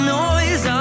noise